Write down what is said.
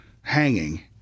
hanging